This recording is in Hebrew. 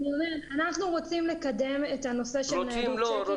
אנחנו רוצים לקדם את הנושא של ניידות צ'קים